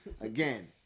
Again